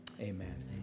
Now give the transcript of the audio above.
Amen